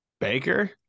Baker